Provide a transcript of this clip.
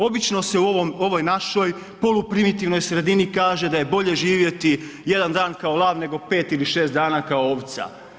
Obično se u ovoj našoj poluprimitivnoj sredini kaže da je bolje živjeti jedan dan kao lav nego 5 ili 6 dana kao ovca.